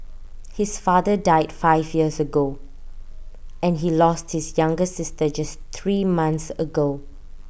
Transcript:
his father died five years ago and he lost his younger sister just three months ago